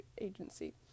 agency